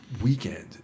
weekend